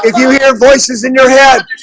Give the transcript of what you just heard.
ah you hear voices in your head